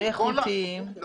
איכותיים --- לכן אני אמרתי,